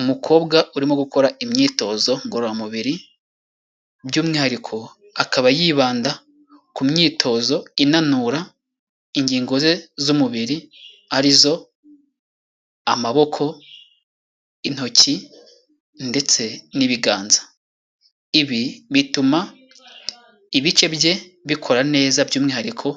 Umukobwa urimo gukora imyitozo ngororamubiri by'umwihariko akaba yibanda ku myitozo inanura ingingo ze z'umubiri, arizo amaboko intoki ndetse n'ibiganza, ibi bituma ibice bye bikora neza by'umwihariko